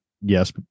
Yes